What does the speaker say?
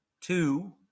two